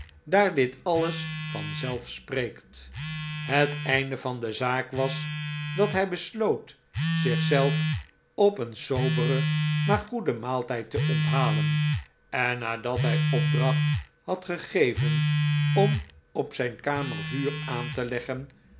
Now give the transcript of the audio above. daar dit alles vanzelf spreekt het einde van de zaak was dat hij besloot zich zelf op een soberen maar goeden maaltijd te onthalen en nadat hij opdracht had gegeven om op zijn kamer vuur aan te leggen